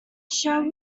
shall